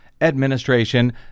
administration